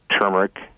turmeric